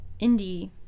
indie